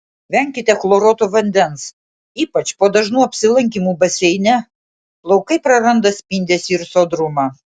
venkite chloruoto vandens ypač po dažnų apsilankymų baseine plaukai praranda spindesį ir sodrumą